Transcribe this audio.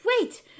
Wait